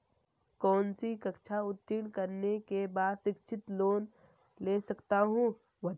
कौनसी कक्षा उत्तीर्ण करने के बाद शिक्षित लोंन ले सकता हूं?